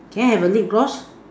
can I have a lip gloss